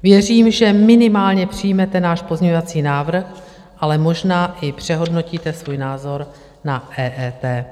Věřím, že minimálně přijmete náš pozměňovací návrh, ale možná i přehodnotíte svůj názor na EET.